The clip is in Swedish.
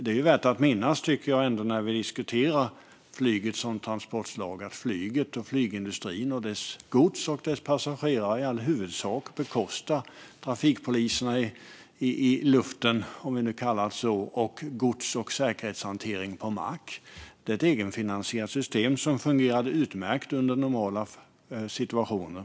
Det är värt att minnas, när vi diskuterar flyget som transportslag, att flyget och flygindustrin och dess gods och passagerare i all huvudsak bekostar trafikpoliserna i luften, om vi nu kallar dem så, och gods och säkerhetshanteringen på mark. Det är ett egenfinansierande system som fungerar utmärkt under normala situationer.